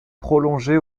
prolongée